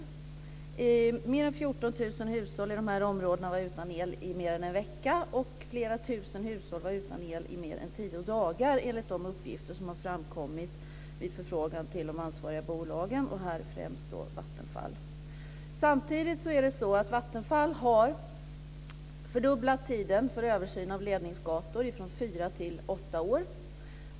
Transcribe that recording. Fler än 14 000 hushåll i dessa områden var utan el i mer än en vecka, och flera tusen hushåll var utan el i mer än tio dagar enligt de uppgifter som har framkommit vid förfrågan till de ansvariga bolagen, främst Vattenfall. Samtidigt har Vattenfall fördubblat tiden för översyn av ledningsgator från fyra till åtta år.